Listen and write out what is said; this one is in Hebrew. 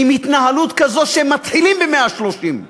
בהתנהלות כזו, שמתחילים ב-130,